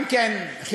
אם כן,